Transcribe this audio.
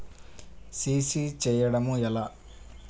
CC చేయడము ఎలా?